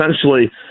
essentially